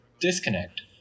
disconnect